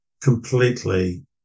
completely